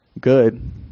good